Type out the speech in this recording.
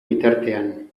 bitartean